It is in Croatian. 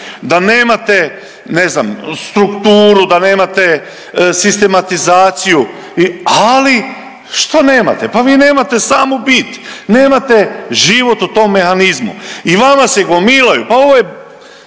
da nemate, ne znam, strukturu, da nemate sistematizaciju, ali što nemate? Pa vi nemate samu bit, nemate život u tom mehanizmu i vama se gomilaju,